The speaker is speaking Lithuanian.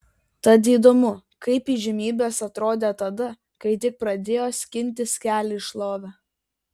tad įdomu kaip įžymybės atrodė tada kai tik pradėjo skintis kelią į šlovę